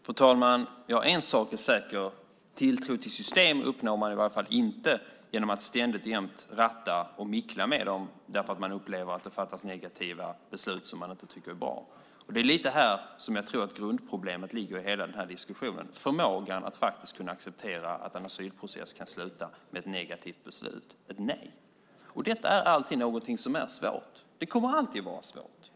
Fru talman! En sak är säker: Tilltron till system uppnår man i varje fall inte genom att ständigt och jämt ratta och mickla med dem därför att man upplever att det fattas negativa beslut som man inte tycker är bra. Det är här grundproblemet ligger i diskussionen: förmågan att acceptera att en asylprocess kan sluta med ett negativt beslut, ett nej. Detta är alltid svårt. Det kommer alltid att vara svårt.